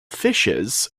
fishes